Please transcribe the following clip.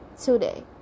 today